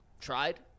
tried